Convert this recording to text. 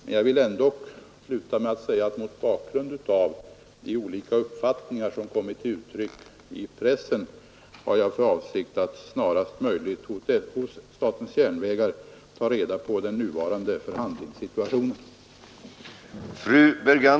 Men jag vill ändå sluta med att säga, att mot bakgrunden av de olika uppfattningar som kommit till uttryck i pressen har jag för avsikt att snarast möjligt hos styrelsen för statens järnvägar ta reda på den nuvarande förhandlingssituationen.